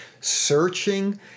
searching